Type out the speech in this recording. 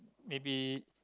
maybe